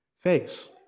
face